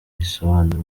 risobanura